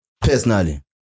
Personally